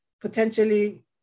potentially